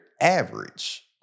average